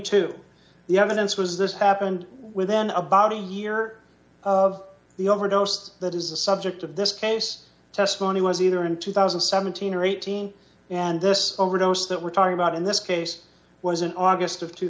to the evidence was this happened within about a year of the overdose that is the subject of this case testimony was either in two thousand and seventeen or eighteen and this overdose that we're talking about in this case was in august of two